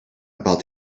about